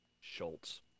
Schultz